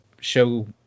show